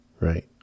Right